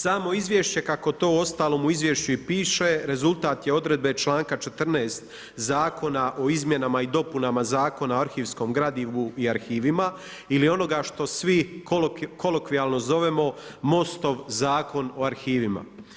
Samo izvješće, kako to uostalom u izvješću piše, rezultat je odredbe članka 14. zakona o izmjenama i dopuna Zakona o arhivskom gradivu i arhivima ili onoga što svi kolokvijalno zovemo MOST-ov zakon o arhivima.